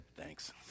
Thanks